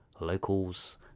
locals